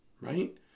right